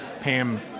PAM